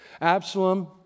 Absalom